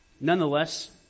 Nonetheless